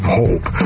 hope